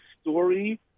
story